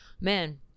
man